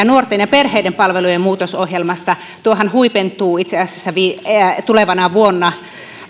nuorten ja perheiden palvelujen muutosohjelmasta tuohan huipentuu itse asiassa tulevana vuonna